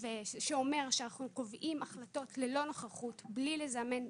שאומר שאנחנו קובעים החלטות ללא נוכחות, בלי לזמן,